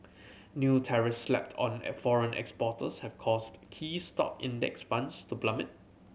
new tariffs slapped on foreign exporters have caused key stock Index Funds to plummet